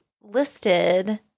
listed